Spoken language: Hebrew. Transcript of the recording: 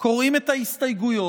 קוראים את ההסתייגויות